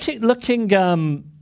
looking